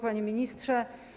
Panie Ministrze!